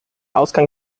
ausgang